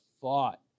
fought